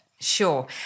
Sure